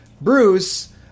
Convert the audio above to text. Bruce